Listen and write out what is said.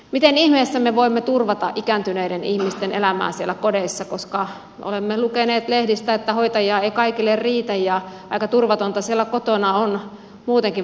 miten ihmeessä me voimme turvata ikääntyneiden ihmisten elämää siellä kodeissa koska olemme lukeneet lehdistä että hoitajia ei kaikille riitä ja aika turvatonta siellä kotona on muutenkin vanhuksen elää